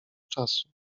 czasu